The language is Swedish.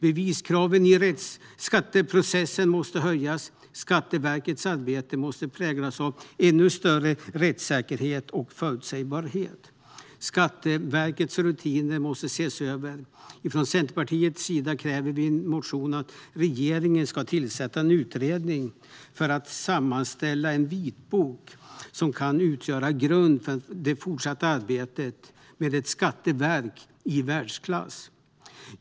Beviskraven i skatteprocessen måste höjas. Skatteverkets arbete måste präglas av ännu större rättssäkerhet och förutsägbarhet. Skatteverkets rutiner måste ses över, och Centerpartiet kräver i en motion att regeringen ska tillsätta en utredning för att sammanställa en vitbok som kan utgöra grund för det fortsatta arbetet med ett skatteverk i världsklass.